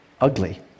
ugly